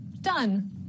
Done